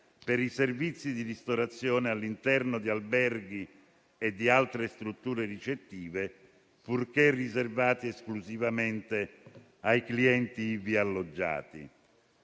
per i servizi di ristorazione all'interno di alberghi e di altre strutture ricettive, purché riservati esclusivamente ai clienti ivi alloggiati.